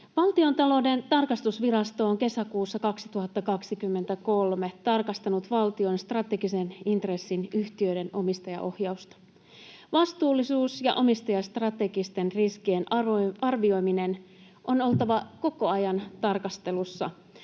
Valtiontalouden tarkastusvirasto on kesäkuussa 2023 tarkastanut valtion strategisen intressin yhtiöiden omistajaohjausta. Vastuullisuuden ja omistajastrategisten riskien arvioimisen on oltava koko ajan tarkastelussa